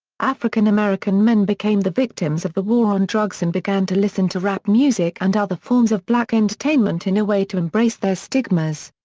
african american men became the victims of the war on drugs and began to listen to rap music and other forms of black entertainment in a way to embrace their stigmas.